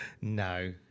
No